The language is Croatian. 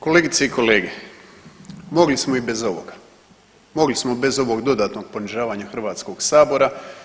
Kolegice i kolege, mogli smo i bez ovoga, mogli smo bez ovog dodatnog ponižavanja Hrvatskog sabora.